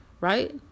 right